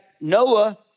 Noah